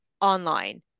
online